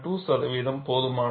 2 சதவிகிதம் போதுமானது